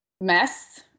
mess